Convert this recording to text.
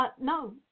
no